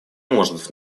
может